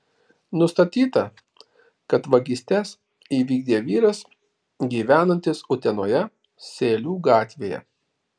nustatyta kad vagystes įvykdė vyras gyvenantis utenoje sėlių gatvėje